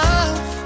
Love